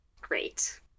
great